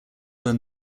than